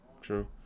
True